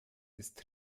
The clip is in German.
ist